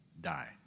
die